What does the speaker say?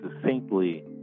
succinctly